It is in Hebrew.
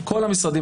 כל המשרדים